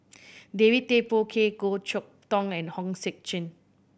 David Tay Poey Cher Goh Chok Tong and Hong Sek Chern